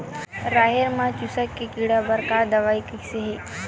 राहेर म चुस्क के कीड़ा बर का दवाई कइसे ही?